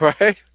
Right